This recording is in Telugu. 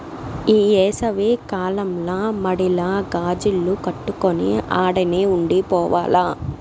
ఈ ఏసవి కాలంల మడిల గాజిల్లు కట్టుకొని ఆడనే ఉండి పోవాల్ల